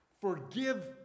forgive